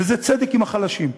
וזה צדק עם החלשים.